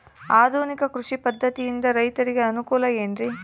ಆಧುನಿಕ ಕೃಷಿ ಪದ್ಧತಿಯಿಂದ ರೈತರಿಗೆ ಅನುಕೂಲ ಏನ್ರಿ?